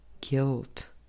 guilt